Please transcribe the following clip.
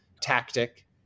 tactic